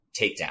takedown